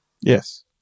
Yes